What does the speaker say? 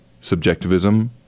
subjectivism